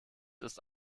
ist